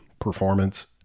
performance